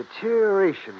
deterioration